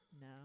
no